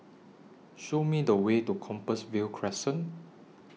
Show Me The Way to Compassvale Crescent